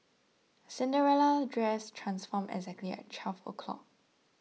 Cinderella's dress transformed exactly at twelve o' clock